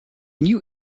knew